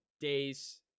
days